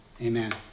Amen